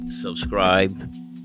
subscribe